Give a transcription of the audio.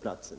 platsen?